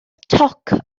toc